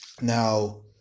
Now